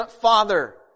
Father